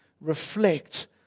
reflect